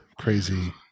Crazy